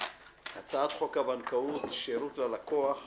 על סדר היום הצעת חוק הבנקאות (שירות ללקוח)